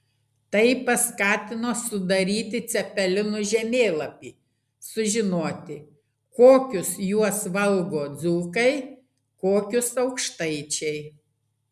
tai paskatino sudaryti cepelinų žemėlapį sužinoti kokius juos valgo dzūkai kokius aukštaičiai